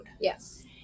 Yes